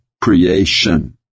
creation